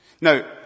Now